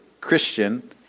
Christian